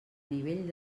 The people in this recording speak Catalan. nivell